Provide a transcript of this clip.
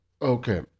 Okay